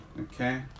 Okay